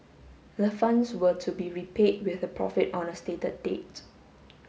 the funds were to be repaid with a profit on a stated date